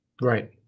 Right